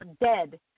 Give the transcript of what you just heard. dead